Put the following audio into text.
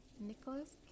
Nicholas